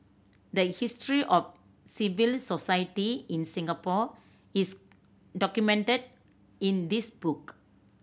the history of civil society in Singapore is documented in this book